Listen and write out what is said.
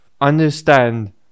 understand